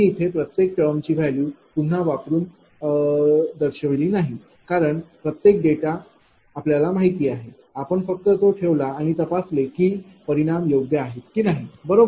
मी इथे प्रत्येक टर्मची व्हॅल्यू पुन्हा वापरून दर्शवली नाही कारण प्रत्येक डेटा माहित आहे आपण फक्त तो ठेवला आणि तपासले की परिणाम योग्य आहेत की नाही बरोबर